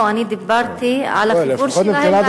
לא, אני דיברתי על החיבור שלהם למפעלים.